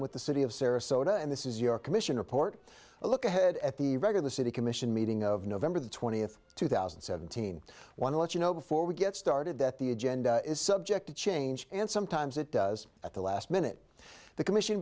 with the city of sarasota and this is your commission report a look ahead at the regular city commission meeting of november the twentieth two thousand and seventeen want to let you know before we get started that the agenda is subject to change and sometimes it does at the last minute the commission